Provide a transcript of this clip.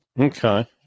Okay